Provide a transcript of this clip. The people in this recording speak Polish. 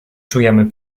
czujemy